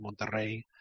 Monterrey